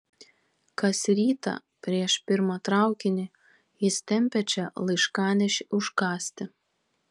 kas rytą prieš pirmą traukinį jis tempia čia laiškanešį užkąsti